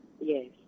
Yes